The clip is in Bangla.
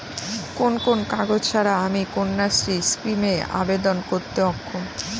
কোন কোন কাগজ ছাড়া আমি কন্যাশ্রী স্কিমে আবেদন করতে অক্ষম?